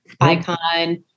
icon